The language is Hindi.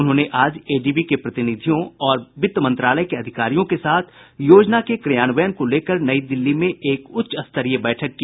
उन्होंने आज एडीबी के प्रतिनिधियों और वित्त मंत्रालय के अधिकारियों के साथ योजना के क्रियान्वयन को लेकर नई दिल्ली में एक उच्च स्तरीय बैठक की